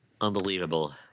Unbelievable